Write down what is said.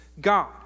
God